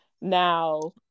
Now